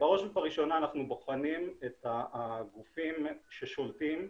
בראש ובראשונה אנחנו בוחנים את הגופים ששולטים,